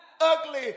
ugly